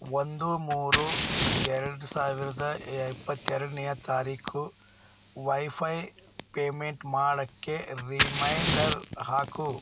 ಒಂದು ಮೂರು ಎರಡು ಸಾವಿರದ ಇಪ್ಪತ್ತ ಎರಡನೆಯ ತಾರೀಖು ವೈಫೈ ಪೇಮೆಂಟ್ ಮಾಡೋಕ್ಕೆ ರಿಮೈಂಡರ್ ಹಾಕು